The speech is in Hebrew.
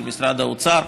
של משרד האוצר.